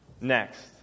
next